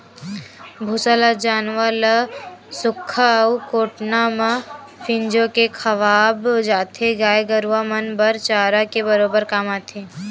भूसा ल जानवर ल सुख्खा अउ कोटना म फिंजो के खवाय जाथे, गाय गरुवा मन बर चारा के बरोबर काम आथे